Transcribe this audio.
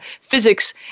physics